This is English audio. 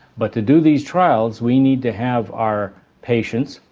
but to do these trials we need to have our patients,